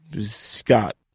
Scott